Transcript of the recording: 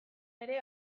ere